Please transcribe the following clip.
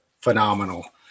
phenomenal